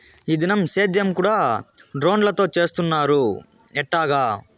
ఈ దినం సేద్యం కూడ డ్రోన్లతో చేస్తున్నారు ఎట్టాగా